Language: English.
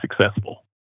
successful